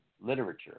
literature